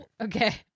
Okay